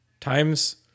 Times